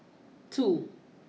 two